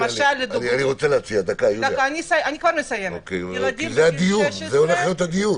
--- זה הולך להיות הדיון.